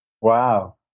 Wow